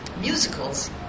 musicals